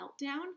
meltdown